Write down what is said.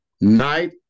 night